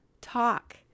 talk